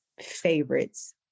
favorites